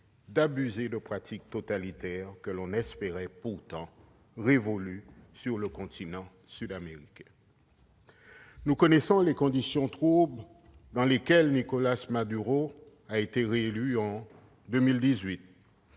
d'abuser de pratiques totalitaires que l'on espérait révolues sur le continent sud-américain. Nous connaissons les conditions troubles dans lesquelles Nicolás Maduro a été réélu en 2018.